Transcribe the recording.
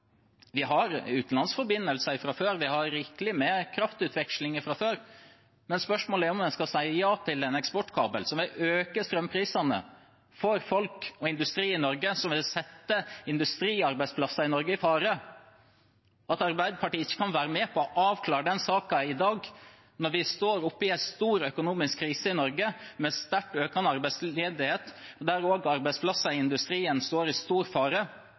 Vi har utenlandsforbindelser fra før, vi har rikelig med kraftutveksling fra før, men spørsmålet er om en skal si ja til en eksportkabel som vil øke strømprisene for folk og industri i Norge, som vil sette industriarbeidsplasser i Norge i fare. Kunne ikke Arbeiderpartiet være med på å avklare denne saken i dag, når vi står oppe i en stor økonomisk krise i Norge, med sterkt økende arbeidsledighet, der også arbeidsplasser i industrien står i stor fare?